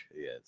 Yes